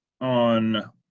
on